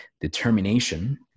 determination